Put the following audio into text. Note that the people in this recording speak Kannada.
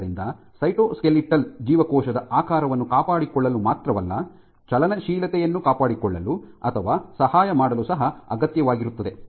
ಆದ್ದರಿಂದ ಸೈಟೋಸ್ಕೆಲಿಟಲ್ ಜೀವಕೋಶದ ಆಕಾರವನ್ನು ಕಾಪಾಡಿಕೊಳ್ಳಲು ಮಾತ್ರವಲ್ಲ ಚಲನಶೀಲತೆಯನ್ನು ಕಾಪಾಡಿಕೊಳ್ಳಲು ಅಥವಾ ಸಹಾಯ ಮಾಡಲು ಸಹ ಅಗತ್ಯವಾಗಿರುತ್ತದೆ